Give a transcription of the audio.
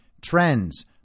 trends